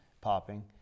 popping